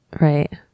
Right